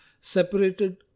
separated